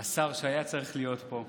השר שהיה צריך להיות פה,